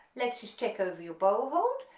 let's just check over your bow hold,